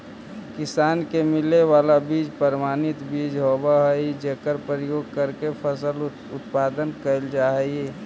किसान के मिले वाला बीज प्रमाणित बीज होवऽ हइ जेकर प्रयोग करके फसल उत्पादन कैल जा हइ